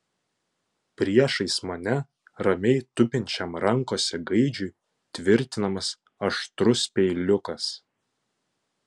priešais mane ramiai tupinčiam rankose gaidžiui tvirtinamas aštrus peiliukas